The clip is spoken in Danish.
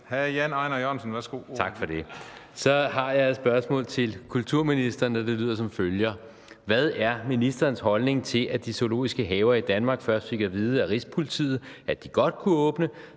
Hr. Jan Ejnar Jørgensen, værsgo, ordet er dit). Tak for det. Jeg har et spørgsmål til kulturministeren, og det lyder som følger: Hvad er ministerens holdning til, at de zoologiske haver i Danmark først fik at vide af Rigspolitiet, at de godt kunne åbne,